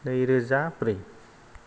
नैरोजा ब्रै